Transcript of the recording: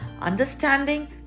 understanding